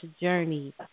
journey